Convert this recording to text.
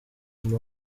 mama